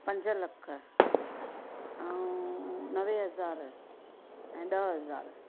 पंज लख ऐं नवे हज़ार ऐं ॾह हज़ार